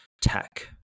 tech